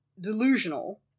delusional